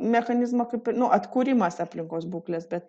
mechanizmo kaip ir nu atkūrimas aplinkos būklės bet